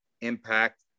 impact